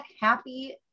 Happy